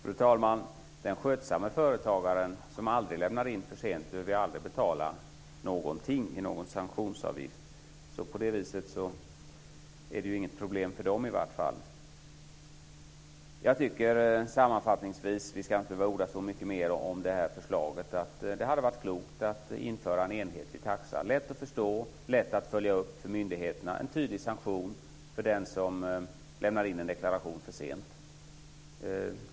Fru talman! Den skötsamme företagaren som aldrig lämnar in för sent behöver ju aldrig betala någonting i sanktionsavgift. På det viset är det inget problem för dem. Vi ska inte behöva att orda så mycket mer om det här förslaget, men jag tycker sammanfattningsvis att det hade varit klokt att införa en enhetlig taxa. Det hade varit lätt att förstå, lätt att följa upp för myndigheterna och en tydlig sanktion för den som lämnar in en deklaration för sent.